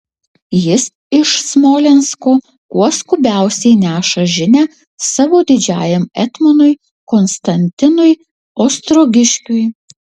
jis iš smolensko kuo skubiausiai neša žinią savo didžiajam etmonui konstantinui ostrogiškiui